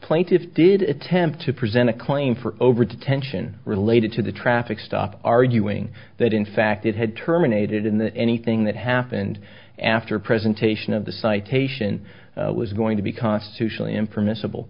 plaintiffs did attempt to present a claim for over detention related to the traffic stop arguing that in fact it had terminated in that anything that happened after presentation of the citation was going to be constitutionally impermissible